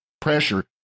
pressure